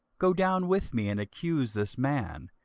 go down with me, and accuse this man,